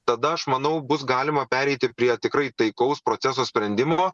tada aš manau bus galima pereiti prie tikrai taikaus proceso sprendimo